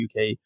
UK